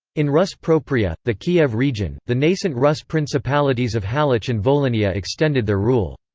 in rus' propria, the kiev region, the nascent rus' principalities of halych and volynia extended their rule.